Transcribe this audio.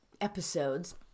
episodes